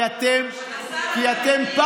כי אתם,